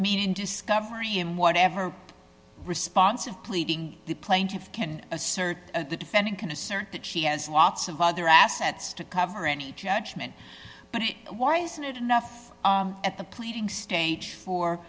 mean in discovery in whatever response of pleading the plaintiff can assert the defendant can assert that she has lots of other assets to cover any judgment but why isn't it enough at the pleading stage for